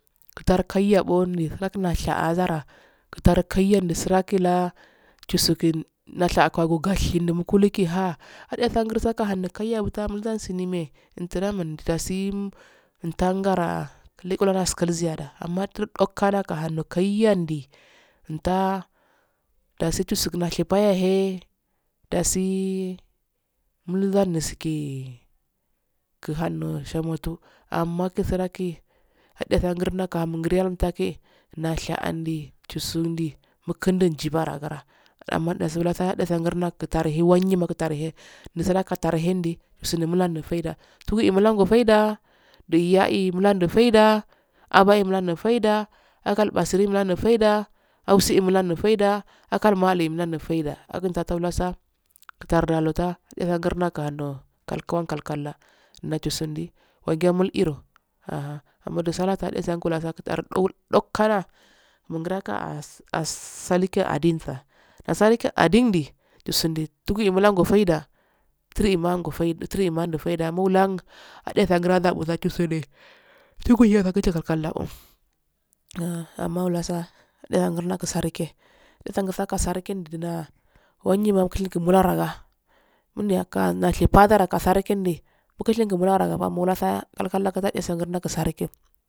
Wo dan kaya go nasha azara, wo dani kaiya ndo sarangi jisugi nda basha ko gasi ga wusi gi en hengarsu da hun kaiya wudansi ne dasi nfan gara tekgo ndal kusine me utra mun dasi ntan gara tekgo nda kusi yada amma bulkadan ahardu kaiyya di nda dasi jususi nda shiwgwaye yahe dasi mulgondusjki guhando moshomo so amma gunso ndangi hedda gurno na ngonimu gi nashar anda jusundi mukindi ga ngarimu gi nashar anda jusundi mukundi jibara gara amma ndaso yesa darguma wutahe wanyi mutarhe, ndubo tarhe ndu mulhare fada gi yaye nul haru faida abye amhari faida ugal base doye mul ham faida awsi ye mulhan faida agal maluye mulhanfaida angun fatau lassa taru lausa yan han aguru ndo wo hunde ngal kowa kal-kal a ne jusurdi weje mul yini amma du sallah so hade si cular so nda dani kula hugara do asali so adindi asali gi andini di jusubi duk ye muhanfaida tiri ye muhanyu hinfu farde amma wulan hade guran jusundi jugirlin kal kawof amma wulasa nden ngurno gusare ke de sa gara mid yaka nda she bazara kasa rakin di mukushe gura ga muk saya kalkaya gade kasara ge.